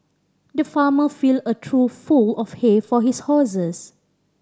the farmer filled a trough full of hay for his horses